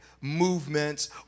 movements